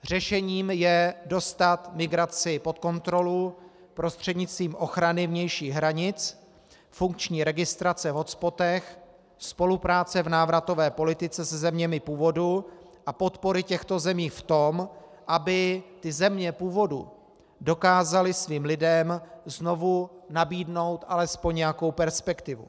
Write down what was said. Řešením je dostat migraci pod kontrolu prostřednictvím ochrany vnějších hranic, funkční registrace v hotspotech, spolupráce v návratové politice se zeměmi původu a podpory těchto zemí v tom, aby země původu dokázaly svým lidem znovu nabídnout alespoň nějakou perspektivu.